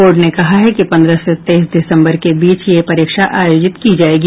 board ने कहा है कि पंद्रह से तेईस दिसंबर के बीच ये परीक्षा आयोजित की जायेगी